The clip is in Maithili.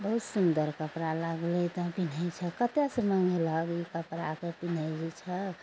बहुत सुन्दर कपड़ा लागलइ तऽ हँ पिन्हय छऽ कतयसँ मँगेलक ई कपड़ाके पिन्हय जे छहक